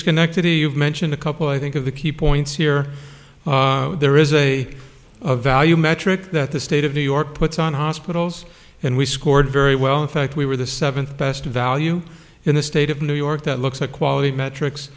schenectady you've mentioned a couple i think of the key points here there is a value metric that the state of new york puts on hospitals and we scored very well in fact we were the seventh best value in the state of new york that looks like quality metrics